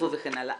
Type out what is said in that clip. צפוף וכן הלאה,